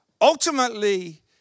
ultimately